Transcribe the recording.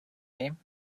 game